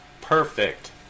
perfect